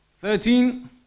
Thirteen